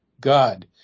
God